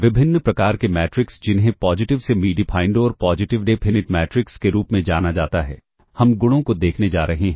विभिन्न प्रकार के मैट्रिक्स जिन्हें पॉजिटिव सेमी डिफाइंड और पॉजिटिव डेफिनिट मैट्रिक्स के रूप में जाना जाता है हम गुणों को देखने जा रहे हैं